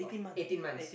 eighteen months